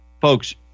Folks